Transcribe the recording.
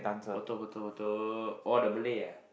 photo photo photo oh the Malay ah